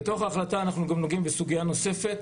בתוך ההחלטה אנחנו גם נוגעים בסוגיה נוספת,